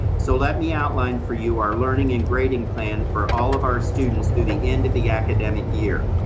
so let me outline for you our learning and grading plan for all of our students through the end of the academic year.